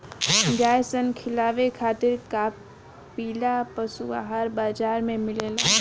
गाय सन खिलावे खातिर कपिला पशुआहार बाजार में मिलेला